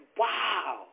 wow